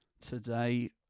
today